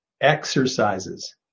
exercises